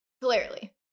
Clearly